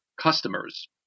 customers